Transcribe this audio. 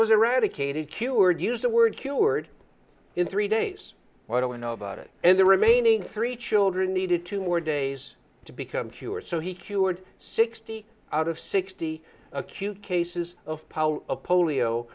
was eradicated cured used the word cured in three days i don't know about it and the remaining three children needed two more days to become cured so he cured sixty out of sixty acute cases of polio